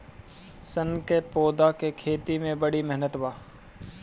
सन क पौधा के खेती में बड़ी मेहनत बा